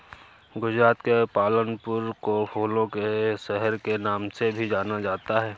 गुजरात के पालनपुर को फूलों के शहर के नाम से भी जाना जाता है